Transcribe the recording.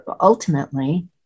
ultimately